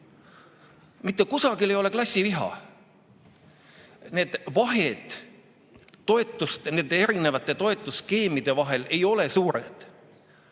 Mitte kusagil ei ole klassiviha. Need vahed nende erinevate toetusskeemide vahel ei ole suured.